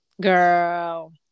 Girl